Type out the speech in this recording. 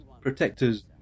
protectors